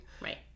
right